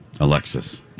Alexis